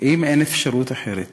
אם אין אפשרות אחרת